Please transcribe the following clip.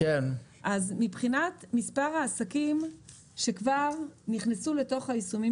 מבחינת מספר העסקים שכבר נכנסו לתוך היישומים